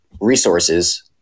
resources